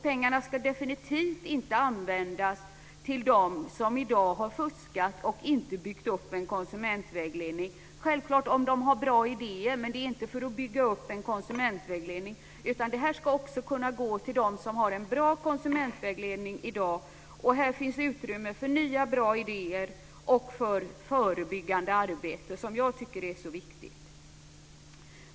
Pengarna ska definitivt inte gå till dem som har fuskat och inte byggt upp en konsumentvägledning. Har de bra idéer är det självklart att de kan söka pengar, men pengarna ska inte användas till att bygga upp en konsumentvägledning. Pengarna ska gå till dem som har en bra konsumentvägledning i dag. Här finns utrymme för nya bra idéer och för förebyggande arbete, som jag tycker är så viktigt.